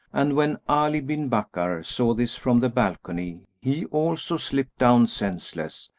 and when ali bin bakkar saw this from the balcony he also slipped down senseless,